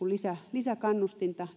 lisäkannustinta